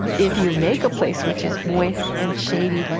if you make a place which is moist, and shady,